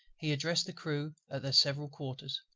he addressed the crew at their several quarters,